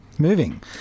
moving